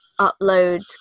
upload